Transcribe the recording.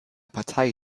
partei